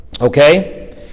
Okay